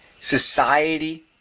society